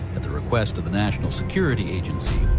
at the request of the national security agency.